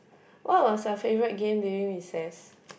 what was your favorite game during recess